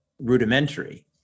rudimentary